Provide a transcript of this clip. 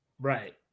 Right